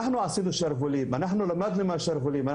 אנחנו עשינו שרוולים ולמדנו מהשרוולים.